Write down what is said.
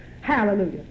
Hallelujah